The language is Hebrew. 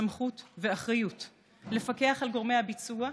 סמכות ואחריות לפקח על גורמי הביצוע,